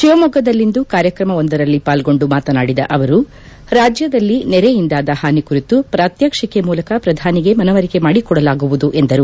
ತಿವಮೊಗ್ಗದಲ್ಲಿಂದು ಕಾರ್ಯಕ್ತಮವೊಂದರಲ್ಲಿ ಪಾಲ್ಗೊಂಡು ಮಾತನಾಡಿದ ಅವರು ರಾಜ್ಯದಲ್ಲಿ ನೆರೆಯಿಂದಾದ ಹಾನಿ ಕುರಿತು ಪ್ರಾತ್ಸ್ಟಿಕ್ ಮೂಲಕ ಪ್ರಧಾನಿಗೆ ಮನವರಿಕೆ ಮಾಡಿಕೊಡಲಾಗುವುದು ಎಂದರು